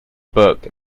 buck